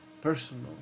personal